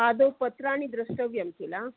आदौ पत्राणि दृष्टव्याणि खिल